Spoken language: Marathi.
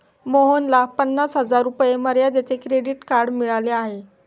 मोहनला पन्नास हजार रुपये मर्यादेचे क्रेडिट कार्ड मिळाले आहे